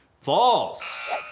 False